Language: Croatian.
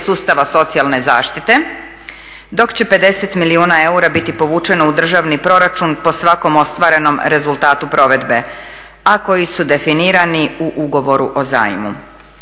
sustava socijalne zaštite, dok će 50 milijuna eura biti povučeno u državni proračun po svakom ostvarenom rezultatu provedbe a koji su definirani u ugovoru o zajmu.